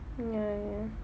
ya